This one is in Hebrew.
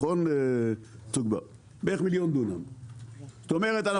זאת אומרת,